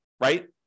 right